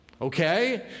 Okay